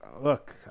Look